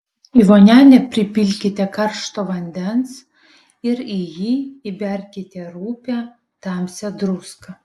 į vonelę pripilkite karšto vandens ir į jį įberkite rupią tamsią druską